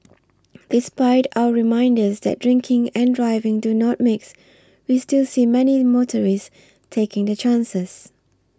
despite our reminders that drinking and driving do not mix we still see many motorists taking their chances